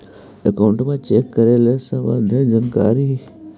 Account check के सम्बन्ध जानकारी?